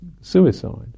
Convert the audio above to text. suicide